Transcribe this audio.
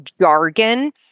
jargon